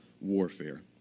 warfare